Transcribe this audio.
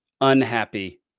unhappy